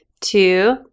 two